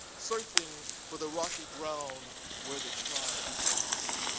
surfing for the rocky ground where the tribe waits.